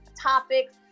topics